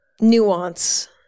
nuance